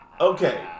Okay